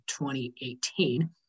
2018